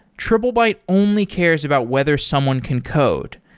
triplebyte only cares about whether someone can code.